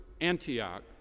Antioch